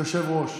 יושב-ראש.